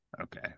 okay